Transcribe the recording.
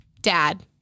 dad